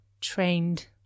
trained